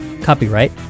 Copyright